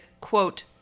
quote